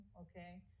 okay